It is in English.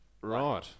Right